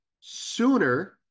sooner